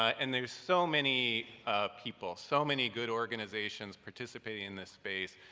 and there's so many people, so many good organizations participating in this space,